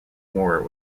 war